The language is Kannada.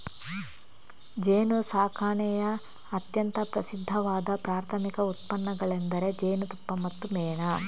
ಜೇನುಸಾಕಣೆಯ ಅತ್ಯಂತ ಪ್ರಸಿದ್ಧವಾದ ಪ್ರಾಥಮಿಕ ಉತ್ಪನ್ನಗಳೆಂದರೆ ಜೇನುತುಪ್ಪ ಮತ್ತು ಮೇಣ